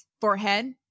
forehead